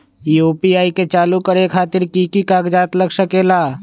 UPI के चालु करे खातीर कि की कागज़ात लग सकेला?